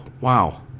wow